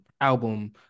album